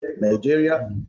Nigeria